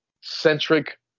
centric